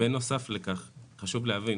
בנוסף לכך חשוב להבין.